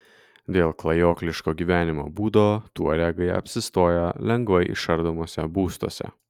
dėl klajokliško gyvenimo būdo tuaregai apsistoja lengvai išardomuose būstuose